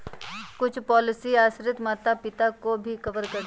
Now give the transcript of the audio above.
कुछ पॉलिसी आश्रित माता पिता को भी कवर करती है